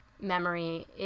memory